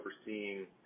overseeing